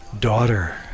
Daughter